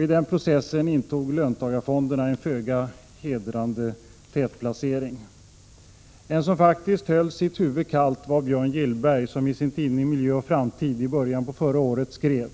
I den processen intog löntagarfonderna en föga hedrande tätplacering. En som faktiskt höll sitt huvud kallt var Björn Gillberg, som i sin tidning Miljö och framtid i början på förra året skrev: